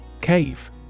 cave